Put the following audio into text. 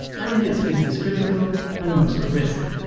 and if it's business critical and most-at-risk.